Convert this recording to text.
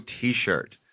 t-shirt